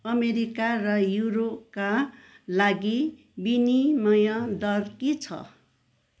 America र युरोपका लागि विनिमय दर के छ